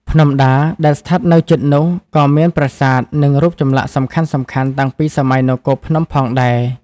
ភ្នំដា ដែលស្ថិតនៅជិតនោះ ក៏មានប្រាសាទ និងរូបចម្លាក់សំខាន់ៗតាំងពីសម័យនគរភ្នំផងដែរ។